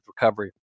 recovery